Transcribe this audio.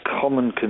common